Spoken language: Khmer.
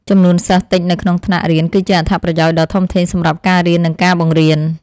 ចំនួនសិស្សតិចនៅក្នុងថ្នាក់រៀនគឺជាអត្ថប្រយោជន៍ដ៏ធំធេងសម្រាប់ការរៀននិងការបង្រៀន។